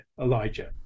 Elijah